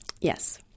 Yes